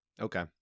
Okay